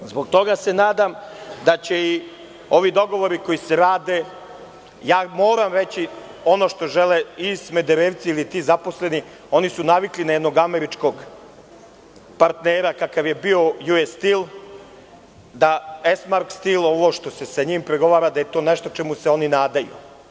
Zbog toga se nadam da će i ovi dogovori koji se rade, a moram reći ono što žele i Smederevci ili ti zaposleni, oni su navikli na jednog Američkog partnera kakav je bi U.S. Steel da „Esmark stil“ ovo što se sa njim pregovara da je to nešto o čemu se oni nadaju.